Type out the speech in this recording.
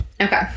Okay